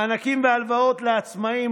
מענקים והלוואות לעצמאים,